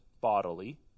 bodily